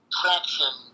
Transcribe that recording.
traction